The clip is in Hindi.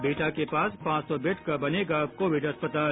बिहटा में पांच सौ बेड का बनेगा कोविड अस्पताल